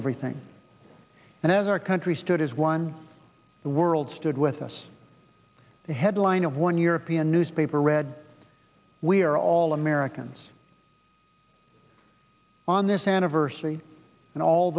everything and as our country stood as one the world stood with us the headline of one european newspaper read we are all americans on this anniversary and all